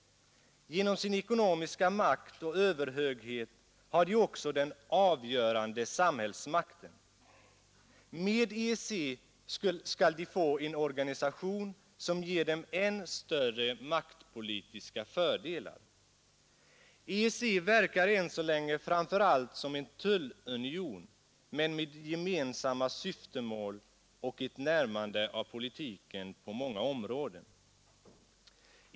Genom sin ekonomiska makt och överhöghet har de också den avgörande samhällsmakten. Med EEC skall de få en organisation som ger dem än större maktpolitiska fördelar. EEC verkar än så länge framför allt som en tullunion men med gemensamma syftemål och ett närmande av politiken på många områden.